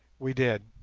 we did.